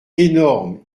énorme